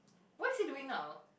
what's he doing now